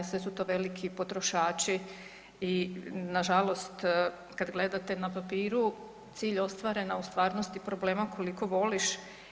Sve su to veliki potrošači i na žalost kad gledate na papiru cilj ostvaren, a u stvarnosti problema koliko voliš.